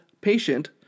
patient